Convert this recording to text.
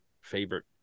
favorite